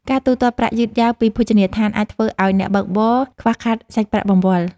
ការទូទាត់ប្រាក់យឺតយ៉ាវពីភោជនីយដ្ឋាន អាចធ្វើឱ្យអ្នកបើកបរខ្វះខាតសាច់ប្រាក់បង្វិល។